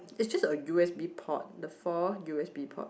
it's just a u_s_b port the four u_s_b ports